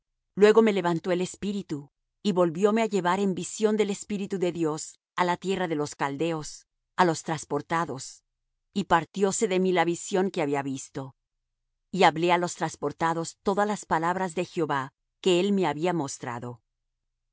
luego me levantó el espíritu y volvióme á llevar en visión del espíritu de dios á la tierra de los caldeos á los trasportados y partióse de mí la visión que había visto y hablé á los trasportados todas las palabras de jehová que él me había mostrado y